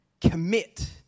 Commit